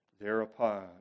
thereupon